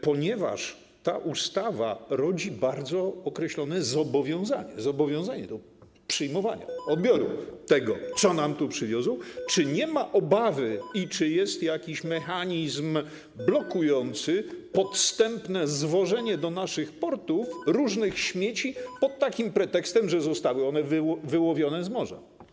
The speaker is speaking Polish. Ponieważ ta ustawa rodzi bardzo określone zobowiązanie do przyjmowania, odbioru tego, co nam tu przywiozą, czy nie ma obawy i czy jest jakiś mechanizm blokujący podstępne zwożenie do naszych portów różnych śmieci pod pretekstem, że zostały one wyłowione z morza?